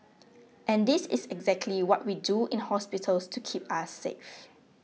and this is exactly what we do in hospitals to keep us safe